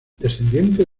descendientes